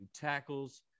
Tackles